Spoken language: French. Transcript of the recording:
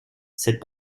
cette